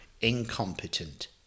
incompetent